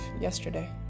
yesterday